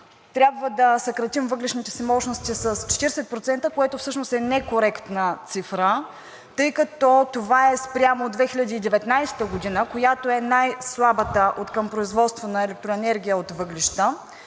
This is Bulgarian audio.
трябва да съкратим въглищните си мощности с 40%, което всъщност е некоректна цифра, тъй като това е спрямо 2019 г., която е най слабата откъм производство на електроенергия от въглища,